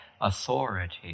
authority